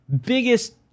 biggest